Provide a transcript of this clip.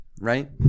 right